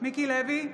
מיקי לוי,